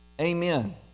Amen